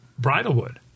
Bridalwood